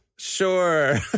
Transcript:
Sure